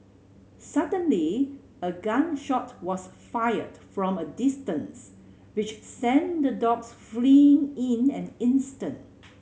suddenly a gun shot was fired from a distance which sent the dogs fleeing in an instant